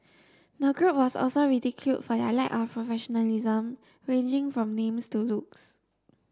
the group was also ridiculed for their lack of professionalism ranging from names to looks